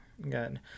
good